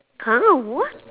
!huh! what